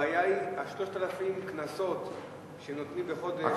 הבעיה היא 3,000 הקנסות שנותנים בחודש.